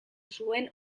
zuen